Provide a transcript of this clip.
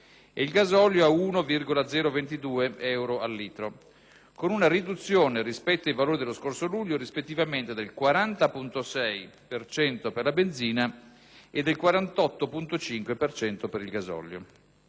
e il gasolio a 1,022 euro a litro, con una riduzione rispetto ai valori dello scorso luglio rispettivamente del 40,6 per cento per la benzina e del 48,5 per cento per il gasolio.